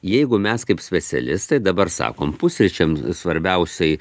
jeigu mes kaip specialistai dabar sakom pusryčiam svarbiausiai